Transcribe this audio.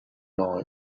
night